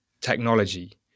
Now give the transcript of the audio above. technology